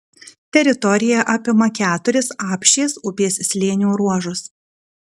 teritorija apima keturis apšės upės slėnio ruožus